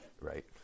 Right